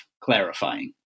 clarifying